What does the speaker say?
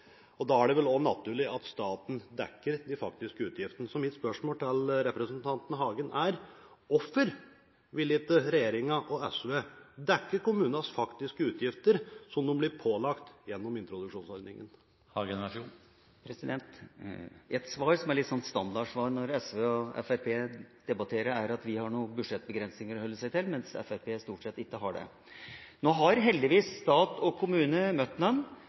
gjennomføres. Da er det vel også naturlig at staten dekker de faktiske utgiftene. Så mitt spørsmål til representanten Hagen er: Hvorfor vil ikke regjeringen og SV dekke kommunenes faktiske utgifter som de blir pålagt gjennom introduksjonsordningen? Et svar, som er et litt sånn standardsvar når SV og Fremskrittspartiet debatterer, er at vi har noen budsjettbegrensninger å holde oss til, mens Fremskrittspartiet stort sett ikke har det. Nå har heldigvis stat og kommune møtt